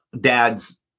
dads